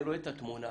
אני רואה את התמונה.